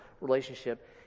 relationship